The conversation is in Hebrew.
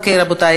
אוקיי, רבותי.